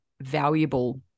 valuable